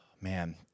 Man